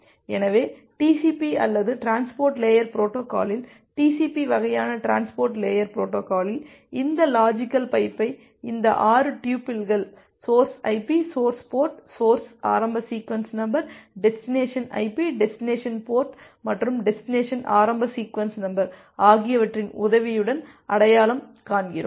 எனவே டிசிபி அல்லது transport layer பொரோட்டோகாலில் டிசிபி வகையான டிரான்ஸ்போர்ட் லேயர் பொரோட்டோகாலில் இந்த லாஜிக்கல் பைப்பை இந்த 6 டுபில்கள் source IP source port source ஆரம்ப sequence number destination IP destination port மற்றும் டெஸ்டினேசன் ஆரம்ப சீக்வென்ஸ் நம்பர் ஆகியவற்றின் உதவியுடன் அடையாளம் காண்கிறோம்